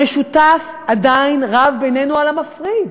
המשותף בינינו עדיין רב על המפריד.